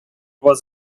was